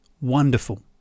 Wonderful